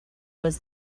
was